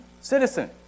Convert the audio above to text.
citizen